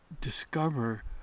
discover